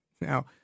Now